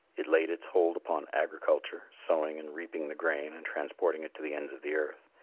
it laid its hold upon agriculture, sowing and reaping the grain and transporting it to the ends of the earth.